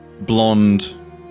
blonde